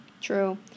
True